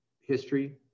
history